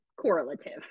correlative